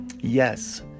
yes